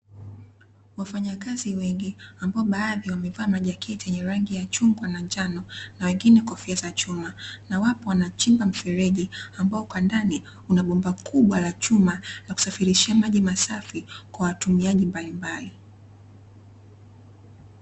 Wafanyakazi wengi ambao baadhi wamevaa majacketi yenye rangi ya chungwa na njano na wengine kofia za chuma na wapo wanachimba mfereji ambao kwa ndani una bomba kubwa la chuma la kusafirishia maji masafi kwa watumiaji mbalimbali.